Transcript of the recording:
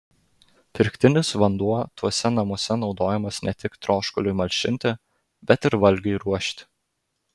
pirktinis vanduo tuose namuose naudojamas ne tik troškuliui malšinti bet ir valgiui ruošti